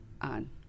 on